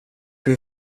hur